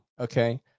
okay